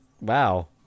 Wow